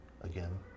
again